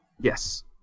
Yes